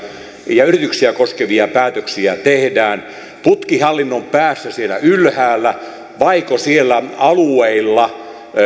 ja yrityksiä koskevia päätöksiä tehdään putkihallinnon päässä siellä ylhäällä vaiko siellä alueilla